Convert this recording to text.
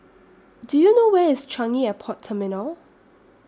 Do YOU know Where IS Changi Airport Terminal